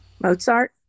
Mozart